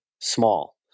small